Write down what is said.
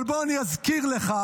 אבל בוא אני אזכיר לך,